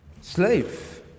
slave